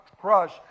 crush